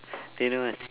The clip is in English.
do you know what is see~